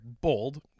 bold